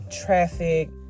traffic